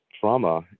trauma